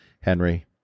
Henry